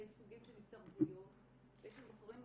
סוגים של התערבויות ויש את "בוחרים בחיים"